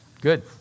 Good